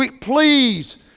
please